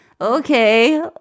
okay